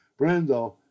Brando